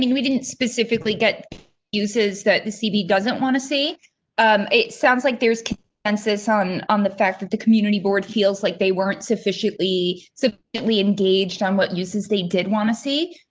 you know we didn't specifically get uses that the cd doesn't want to see um it sounds like there's census on on the fact that the community board feels like they weren't sufficiently subsequently engaged on what uses they did want to see